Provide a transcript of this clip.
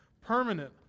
permanent